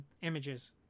images